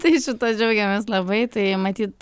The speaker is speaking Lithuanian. tai šituo džiaugiamės labai tai matyt